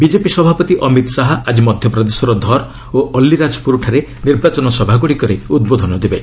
BJP ସଭାପତି ଅମିତ ଶାହା ଆଜି ମଧ୍ୟପ୍ରଦେଶର ଧର୍ ଓ ଅଲ୍ଲୀରାଜପୁରଠାରେ ନିର୍ବାଚନ ସଭାଗୁଡ଼ିକରେ ଉଦ୍ବୋଧନ ଦେବେ